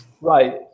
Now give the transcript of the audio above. Right